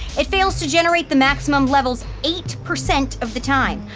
it fails to generate the maximum levels eight percent of the time.